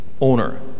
owner